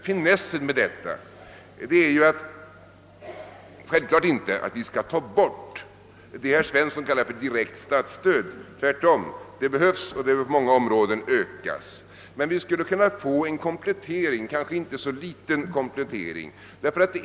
Finessen med detta är givetvis inte att vi skulle ta bort vad herr Svensson kallar direkt statsstöd — tvärtom; det är nödvändigt och behöver på många områden ökas — utan att det skulle kunna få en inte så liten komplettering.